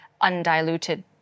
undiluted